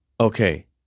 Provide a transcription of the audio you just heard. okay